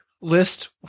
list